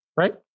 right